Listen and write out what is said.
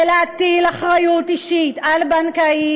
ולהטיל אחריות אישית על בנקאים,